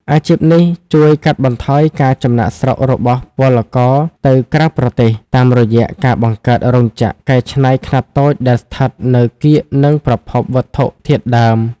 អាជីពនេះជួយកាត់បន្ថយការចំណាកស្រុករបស់ពលករទៅក្រៅប្រទេស តាមរយៈការបង្កើតរោងចក្រកែច្នៃខ្នាតតូចដែលស្ថិតនៅកៀកនឹងប្រភពវត្ថុធាតុដើម។